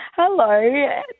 Hello